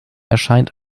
erscheint